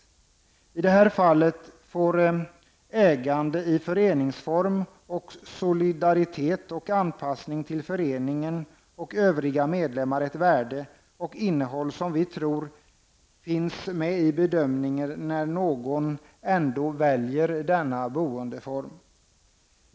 Vi tror att ett ägande i föreningsform och i solidaritet med och anpassning till föreningen och övriga medlemmar har ett värde och ett innehåll och att det finns med i bedömningen när någon ändå väljer denna boendeform.